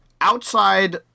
outside